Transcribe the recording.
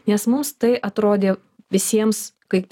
nes mums tai atrodė visiems kaip